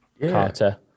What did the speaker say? Carter